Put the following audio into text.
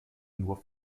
nur